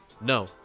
no